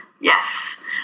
Yes